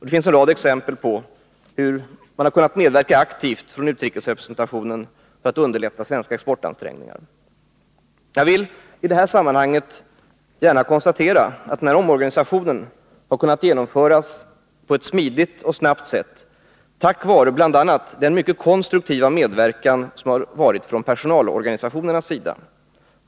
Det finns en rad exempel på hur man har kunnat medverka aktivt från utrikesrepresentationens sida för att underlätta svenska exportansträngningar. Jag villi det här sammanhanget gärna konstatera att omorganisationen har kunnat genomföras på ett smidigt och snabbt sätt tack vare bl.a. en mycket konstruktiv medverkan från personalorganisationernas sida.